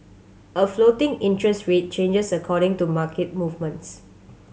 a floating interest rate changes according to market movements